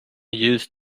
used